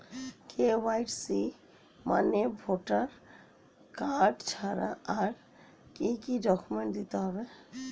KYC মানে voter card ছাড়া আর কি কি ডকুমেন্ট দিতে হবে?